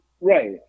Right